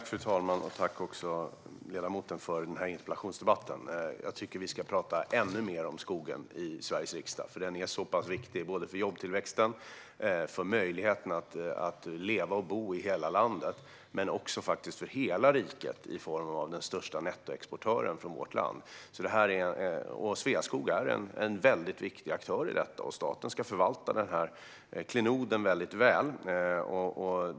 Fru talman! Tack, ledamoten, för interpellationsdebatten! Jag tycker att vi ska prata ännu mer om skogen i Sveriges riksdag. Den är nämligen så pass viktig för jobbtillväxten, för möjligheten att leva och bo i hela landet och för hela riket i form av att detta är den största nettoexporten från vårt land. Sveaskog är en väldigt viktig aktör i fråga om detta, och staten ska förvalta den här klenoden väldigt väl.